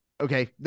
Okay